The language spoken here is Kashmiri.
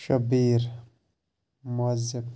شبیٖر مُعزب